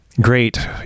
great